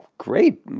great,